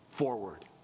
forward